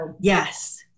yes